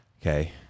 Okay